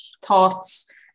thoughts